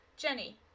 Jenny